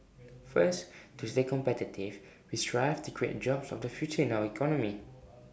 first to stay competitive we strive to create job of the future in our economy